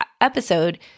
episode